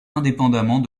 indépendamment